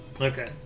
Okay